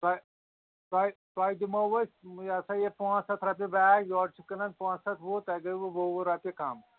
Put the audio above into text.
تۄہہِ تۄہہِ تۄہہِ دِمو أسۍ یہِ ہَسا یہِ پانٛژھ ہَتھ رۄپیہِ بیگ یورٕ چھِ کٕنان پانٛژھ ہَتھ وُہ تۄہِہ گٔے وُ وُہ وُہ رۄپیہِ کَم